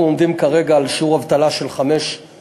אנחנו עומדים כרגע על שיעור אבטלה של 5.9%,